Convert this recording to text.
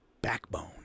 backbone